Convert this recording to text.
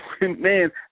Man